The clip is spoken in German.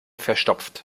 verstopft